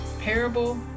Parable